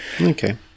Okay